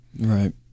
right